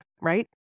right